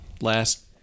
last